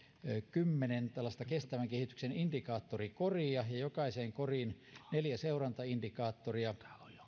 kymmenen kestävän kehityksen indikaattorikoria ja jokaiseen koriin neljä seurantaindikaattoria